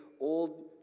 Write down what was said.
old